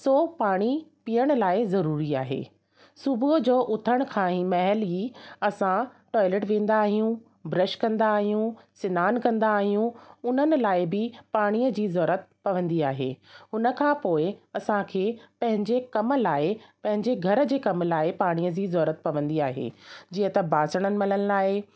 सो पाणी पीअण लाइ ज़रूरी आहे सुबूह जो उथण खां ई महिल ई असां टॉइलेट वेंदा आहियूं ब्रश कंदा आहियूं सनानु कंदा आहियूं उन्हनि लाइ बि पाणीअ जी ज़रूरत पवंदी आहे उन खां पोइ असांखे पंहिंजे कम लाइ पंहिंजे घर जे कम लाइ पाणीअ जी ज़रूरत पवंदी आहे जीअं त बासणनि मलण लाइ